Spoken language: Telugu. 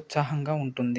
ఉత్సాహంగా ఉంటుంది